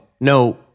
No